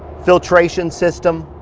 filtration system.